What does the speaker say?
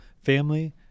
family